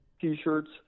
t-shirts